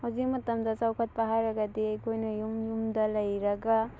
ꯍꯧꯖꯤꯛ ꯃꯇꯝꯗ ꯆꯥꯎꯈꯠꯄ ꯍꯥꯏꯔꯒꯗꯤ ꯑꯩꯈꯣꯏꯅ ꯌꯨꯝ ꯌꯨꯝꯗ ꯂꯩꯔꯒ